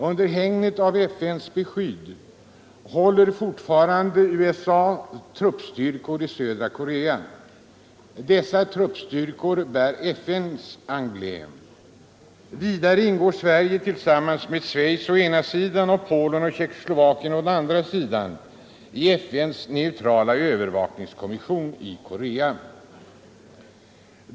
Under hägnet av FN:s beskydd håller fortfarande USA truppstyrkor i södra Korea. Dessa trupper bär Bortdragande av FN:s emblem. Vidare ingår Sverige tillsammans med Schweiz å ena sidan främmande trupper och Polen och Tjeckoslovakien å andra sidan i FN:s neutrala övervakur Korea ningskommission i Korea.